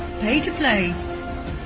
pay-to-play